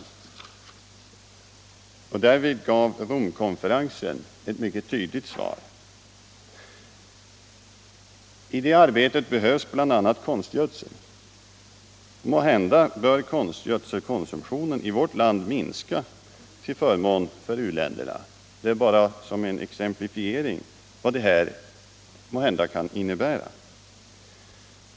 Därom gav Romkon Allmänpolitisk debatt debatt ferensen ett mycket tydligt besked. I det arbetet behövs bl.a. konstgödsel. Måhända bör konstgödselkonsumtionen i vårt land minska till förmån för u-länderna. Detta är bara en exemplifiering av vad det kan bli fråga om.